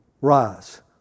rise